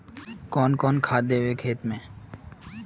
कौन कौन खाद देवे खेत में?